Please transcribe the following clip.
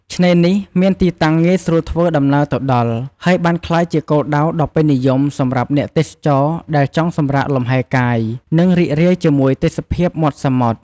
ឆ្នេរនេះមានទីតាំងងាយស្រួលធ្វើដំណើរទៅដល់ ហើយបានក្លាយជាគោលដៅដ៏ពេញនិយមសម្រាប់អ្នកទេសចរដែលចង់សម្រាកលម្ហែកាយ និងរីករាយជាមួយទេសភាពមាត់សមុទ្រ។